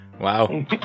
Wow